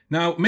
Now